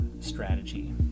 strategy